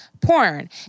porn